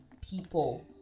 people